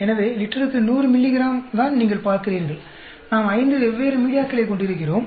எனவே லிட்டருக்கு 100 மில்லிகிராம் தான் நீங்கள் பார்க்கிறீர்கள் நாம் ஐந்து வெவ்வேறு மீடியாக்களைக் கொண்டிருக்கிறோம்